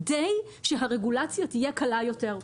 כדי שהרגולציה תהיה קלה יותר,